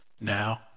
Now